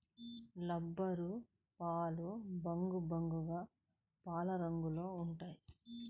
రబ్బరుపాలు బంకబంకగా పాలరంగులో ఉంటాయి